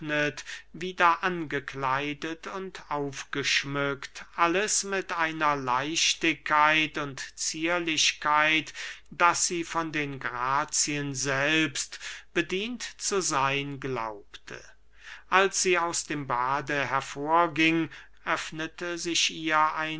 wieder angekleidet und aufgeschmückt alles mit einer leichtigkeit und zierlichkeit daß sie von den grazien selbst bedient zu seyn glaubte als sie aus dem bade hervor ging öffnete sich ihr